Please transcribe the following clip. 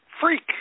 freak